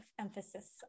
emphasis